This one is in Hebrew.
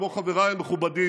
כמו חבריי המכובדים,